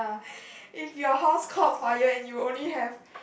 if your house caught fire and you only have